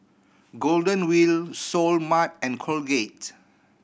Golden Wheel Seoul Mart and Colgate